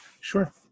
Sure